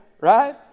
Right